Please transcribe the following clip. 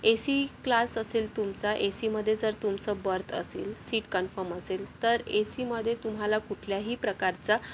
ए C class असेल तुमचा A सीमध्ये जर तुमचं बर्थ असेल सीट कन्फर्म असेल तर ए सीमध्ये तुम्हाला कुठल्याही प्रकारचा